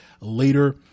later